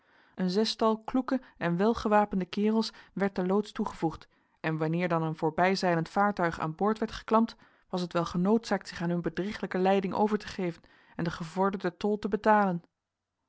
een zestal kloeke en welgewapende kerels werd den loods toegevoegd en wanneer dan een voorbijzeilend vaartuig aan boord werd geklampt was het wel genoodzaakt zich aan hun bedrieglijke leiding over te geven en den gevorderden tol te betalen